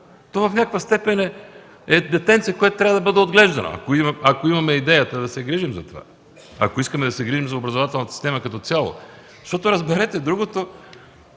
В някаква степен е детенце, което трябва да бъде отглеждано, ако имаме идеята да се грижим за това, ако искаме да се грижим за образователната система като цяло. Отнасям се с много